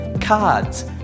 cards